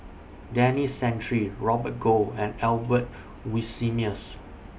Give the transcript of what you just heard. Denis Santry Robert Goh and Albert Winsemius